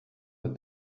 with